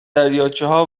دریاچهها